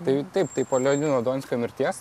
tai taip tai po leonido donskio mirties